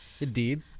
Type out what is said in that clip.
Indeed